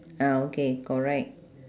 ah okay correct